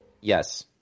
Yes